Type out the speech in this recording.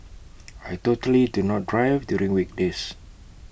I totally do not drive during weekdays